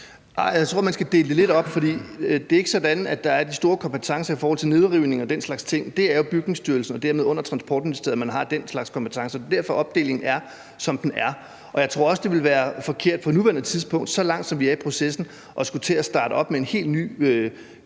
(Jacob Jensen): Jeg tror, man skal dele det lidt op, for det er ikke sådan, at der er de store kompetencer i forhold til nedrivning og den slags ting. Det er jo i Bygningsstyrelsen og dermed under Transportministeriet, man har den slags kompetencer. Det er derfor, opdelingen er, som den er. Jeg tror også, det ville være forkert på nuværende tidspunkt, så langt som vi er i processen, at skulle til at starte op med en helt ny